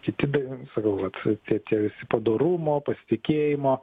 kiti beje sakau vat čia tie visi padorumo pasitikėjimo